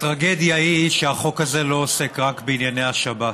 הטרגדיה היא שהחוק הזה לא עוסק רק בענייני השבת,